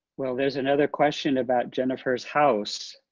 well, there's another question about jennifer's house.